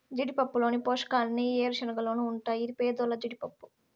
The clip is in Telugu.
జీడిపప్పులోని పోషకాలన్నీ ఈ ఏరుశనగలోనూ ఉంటాయి ఇది పేదోల్ల జీడిపప్పు